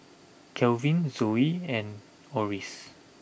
Calvin Zoie and Orris